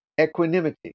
equanimity